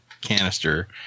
canister